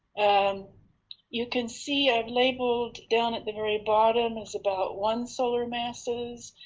um you can see i've labeled down at the very bottom is about one solar masses,